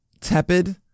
tepid